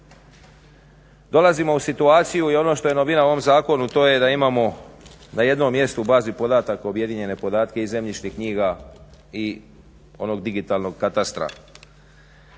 Dolazimo u situaciju i ono što je novina u ovom zakonu a to je da imamo na jednom mjestu u bazi podataka objedinjene podatke i zemljišnih knjiga i onog digitalnog katastra.